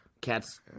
cats